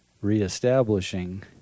reestablishing